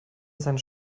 seinen